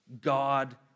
God